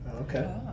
Okay